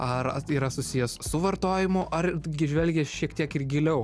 ar yra susijęs su vartojimu ar gi žvelgia šiek tiek ir giliau